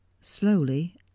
slowly